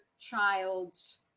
child's